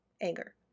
Anger